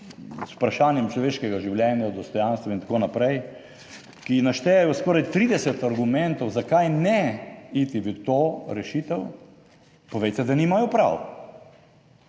z vprašanjem človeškega življenja, dostojanstva in tako naprej, ki naštejejo skoraj 30 argumentov, zakaj ne iti v to rešitev, povejte, da nimajo prav,